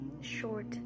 short